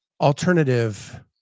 alternative